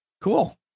cool